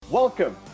Welcome